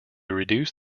reduce